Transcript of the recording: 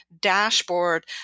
dashboard